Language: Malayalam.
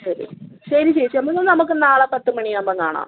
ശരി ശരി ചേച്ചി അപ്പം പിന്നെ നമുക്ക് നാളെ പത്ത് മണിയാകുമ്പോൾ കാണാം